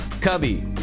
cubby